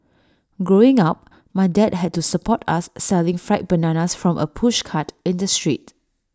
growing up my dad had to support us selling fried bananas from A pushcart in the street